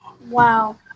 Wow